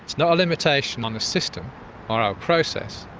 you know a limitation on the system or our process,